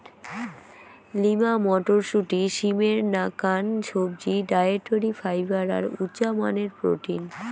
lima মটরশুঁটি, সিমের নাকান সবজি, ডায়েটরি ফাইবার আর উচামানের প্রোটিন